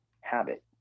habit